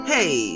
Hey